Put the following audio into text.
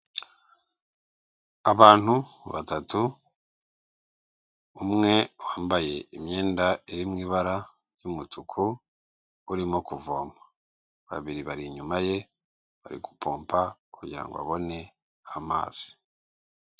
Abantu batatu; umwe wambaye imyenda iri mu ibara ry'umutuku urimo kuvoma, babiri bari inyuma ye bari gupompa kugirango abone amazi.